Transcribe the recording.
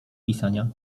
pisania